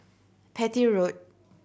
Petir Road